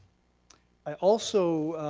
i also